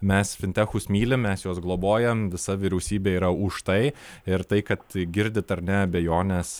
mes fintechus mylim mes juos globojam visa vyriausybė yra už tai ir tai kad girdit ar ne abejones